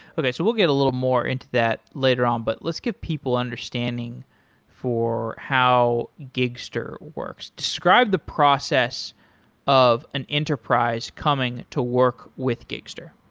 so we'll get a little more into that later on, but let's get people understanding for how gigster works. describe the process of an enterprise coming to work with gigster.